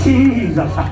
Jesus